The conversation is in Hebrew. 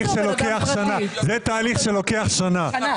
זה תהליך שלוקח שנה.